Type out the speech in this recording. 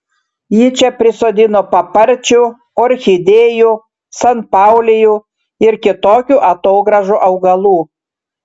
ji čia prisodino paparčių orchidėjų sanpaulijų ir kitokių atogrąžų augalų